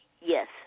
Yes